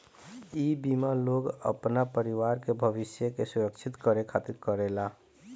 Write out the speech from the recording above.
इ बीमा लोग अपना परिवार के भविष्य के सुरक्षित करे खातिर करेला